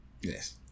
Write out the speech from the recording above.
Yes